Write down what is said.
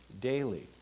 daily